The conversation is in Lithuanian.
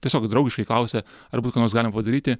tiesiog draugiškai klausė ar būtų ką nors galima padaryti